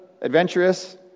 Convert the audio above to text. adventurous